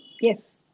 Yes